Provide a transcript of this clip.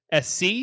SC